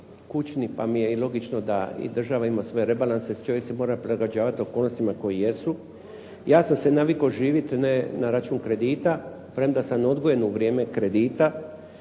kućni pa mi je i logično da i država ima svoje rebalanse. Čovjek se mora prilagođavati okolnostima koji jesu. Ja sam se navikao živjeti ne na račun kredita, premda sam odgojen u vrijeme kredita,